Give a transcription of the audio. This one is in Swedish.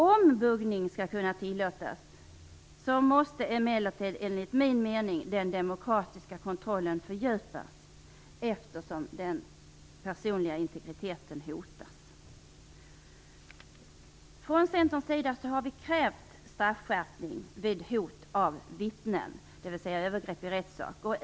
Om buggning skall tillåtas måste emellertid enligt min mening den demokratiska kontrollen fördjupas, eftersom den personliga integriteten hotas. Från Centerns sida har vi krävt straffskärpning vid hot av vittnen, alltså övergrepp i rättssak.